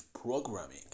programming